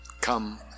come